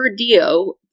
Perdio